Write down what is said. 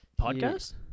podcast